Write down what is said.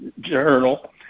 Journal